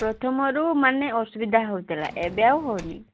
ପ୍ରଥମରୁ ମାନେ ଅସୁବିଧା ହେଉଥିଲା ଏବେ ଆଉ ହେଉନି